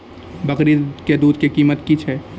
बकरी के दूध के कीमत की छै?